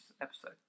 episode